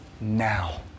now